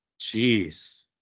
Jeez